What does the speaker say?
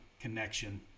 connection